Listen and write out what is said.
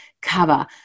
cover